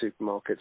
supermarkets